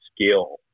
skill